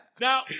Now